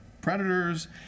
predators